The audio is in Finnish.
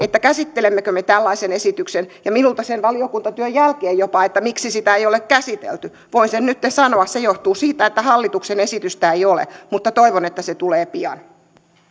käsittelemmekö me tällaisen esityksen ja minulta sen valiokuntatyön jälkeen jopa että miksi sitä ei ole käsitelty voin sen nyt sanoa se johtuu siitä että hallituksen esitystä ei ole mutta toivon että se tulee pian